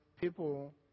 people